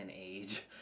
age